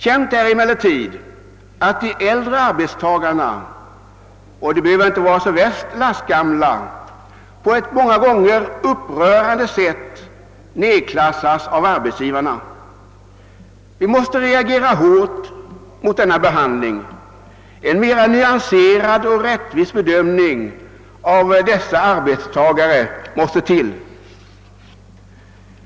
Det är emellertid känt att de äldre arbetstagarna — och de behöver inte vara direkt lastgamla — på ett många gånger upprörande sätt nedklassas av arbetsgivarna. Vi måste reagera hårt mot denna behandling. En mer nyanserad och rättvis bedömning av dessa arbetstagare är nödvändig.